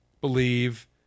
believe